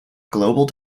global